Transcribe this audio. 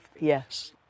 Yes